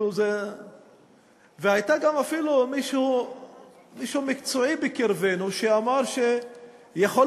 גם היה אפילו מישהו מקצועי בקרבנו שאמר שיכול